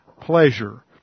pleasure